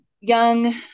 young